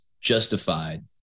Justified